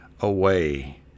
away